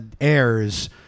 airs